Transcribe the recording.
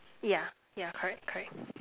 yeah yeah correct correct